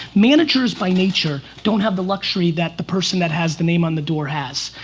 managers by nature, don't have the luxury that the person that has the name on the door has.